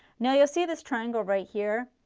now you will see this triangle right here.